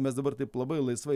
mes dabar taip labai laisvai